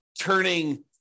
turning